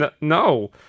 No